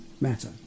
matter